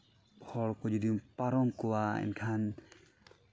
ᱦᱚᱲ ᱠᱚ ᱡᱩᱫᱤᱢ ᱯᱟᱨᱚᱢ ᱠᱚᱣᱟ ᱮᱱᱠᱷᱟᱱ